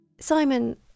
Simon